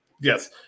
Yes